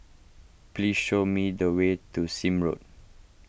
please show me the way to Sime Road